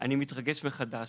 אני מתרגש מחדש.